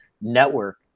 network